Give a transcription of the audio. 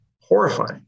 horrifying